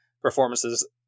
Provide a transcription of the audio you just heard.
performances